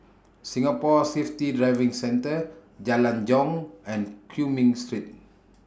Singapore Safety Driving Centre Jalan Jong and Cumming Street